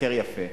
תשתכר יפה,